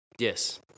Yes